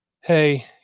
Hey